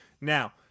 Now